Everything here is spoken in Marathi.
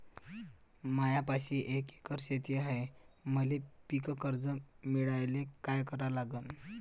मायापाशी एक एकर शेत हाये, मले पीककर्ज मिळायले काय करावं लागन?